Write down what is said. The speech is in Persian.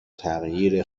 تغییر